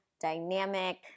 dynamic